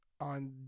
on